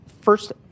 first